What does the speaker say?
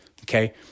Okay